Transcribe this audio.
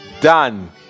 done